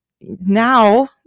now